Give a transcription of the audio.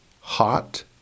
hot